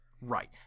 Right